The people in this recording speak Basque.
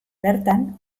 bertan